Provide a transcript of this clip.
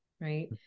right